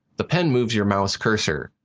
the pen moves your mouse cursor,